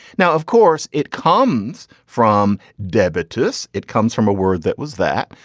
now of course it comes from debit to this. it comes from a word that was that.